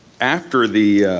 after the